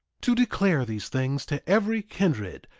to declare these things to every kindred,